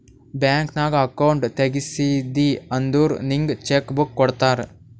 bank ನಾಗ್ account ತೆಗ್ಸಿದಿ ಅಂದುರ್ ನಿಂಗ್ ಚೆಕ್ ಬುಕ್ ಕೊಡ್ತಾರ್